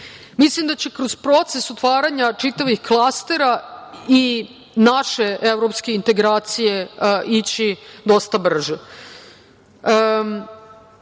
Mislim da će kroz proces otvaranja čitavih klastera i naše evropske integracije ići dosta brže. Ono